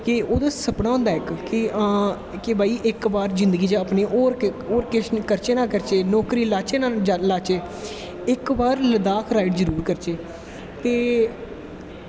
कि ओह्दा सपनां होंदा इक की हां कि इकबार जिन्दगी च होर किश करचे ना करचे नौकरी लाच्चे ना लाच्चे इकबार लद्दाख राईड़ जरूर करचे ते